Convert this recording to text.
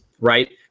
right